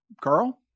Carl